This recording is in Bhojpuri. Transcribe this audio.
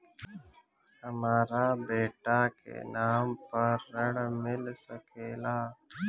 हमरा बेटा के नाम पर ऋण मिल सकेला?